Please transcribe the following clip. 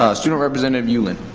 ah student representative yeah ulland.